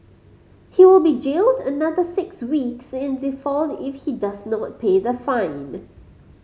he will be jailed another six weeks in default if he does not pay the fine